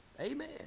Amen